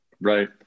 Right